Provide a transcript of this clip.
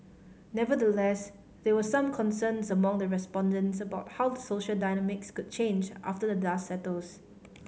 nevertheless there were some concerns among the respondents about how the social dynamics could change after the dust settles